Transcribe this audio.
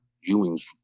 Ewing's